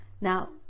now